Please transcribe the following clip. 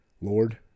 Lord